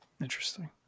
interesting